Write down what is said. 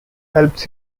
helps